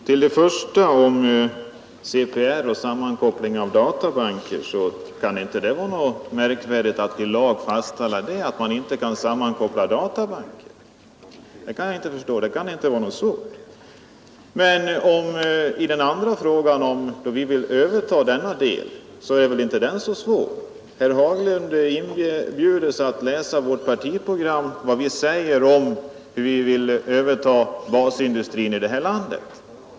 Herr talman! Vad först beträffar CPR och sammankoppling av databanker så kan det inte vara så märkvärdigt att i lag fastställa att databanker inte får sammankopplas. Vad beträffar den andra frågan så är den inte så komplicerad. Herr Haglund inbjudes att läsa i vårt partiprogram vad vi säger om att samhället skall överta basindustrin i landet.